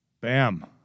Bam